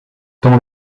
tant